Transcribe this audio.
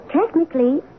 Technically